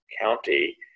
county